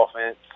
offense